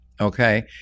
okay